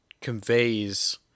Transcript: conveys